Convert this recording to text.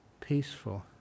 peaceful